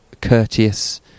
courteous